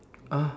ah